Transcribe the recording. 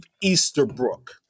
Easterbrook